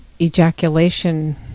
ejaculation